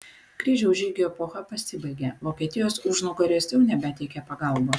kryžiaus žygių epocha pasibaigė vokietijos užnugaris jau nebeteikė pagalbos